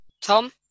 Tom